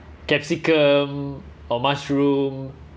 capsicum or mushroom